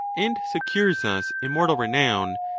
and secures us immortal renown,